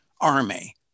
army